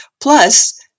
Plus